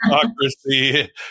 democracy